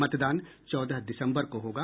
मतदान चौदह दिसम्बर को होगा